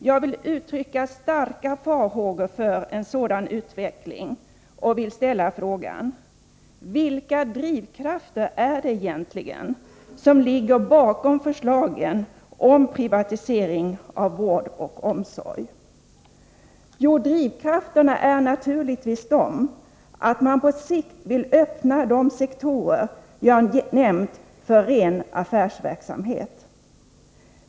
Jag vill uttrycka starka farhågor för en sådan utveckling och vill ställa frågan: Vilka drivkrafter är det egentligen som ligger bakom förslagen om privatisering av vård och omsorg? Jo, drivkrafterna är naturligtvis de, att man på sikt vill öppna de sektorer jag nämnt för ren affärsverksamhet.